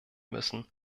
müssen